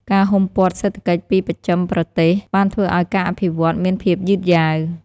ការហ៊ុមព័ទ្ធសេដ្ឋកិច្ចពីបស្ចិមប្រទេសបានធ្វើឱ្យការអភិវឌ្ឍមានភាពយឺតយ៉ាវ។